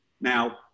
Now